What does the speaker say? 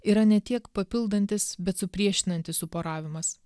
yra ne tiek papildantis bet supriešinantis suporavimas